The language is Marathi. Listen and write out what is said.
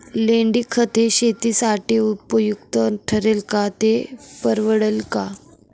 लेंडीखत हे शेतीसाठी उपयुक्त ठरेल का, ते परवडेल का?